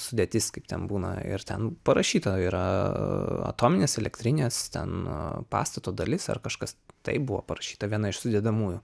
sudėtis kaip ten būna ir ten parašyta yra atominės elektrinės na pastato dalis ar kažkas taip buvo parašyta viena iš sudedamųjų